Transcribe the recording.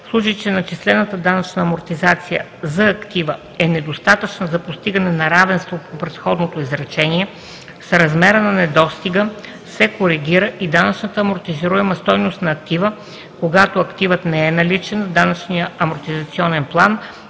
случай че начислената данъчна амортизация за актива е недостатъчна за постигане на равенството по предходното изречение, с размера на недостига се коригира и данъчната амортизируема стойност на актива; когато активът не е наличен в данъчния амортизационен план,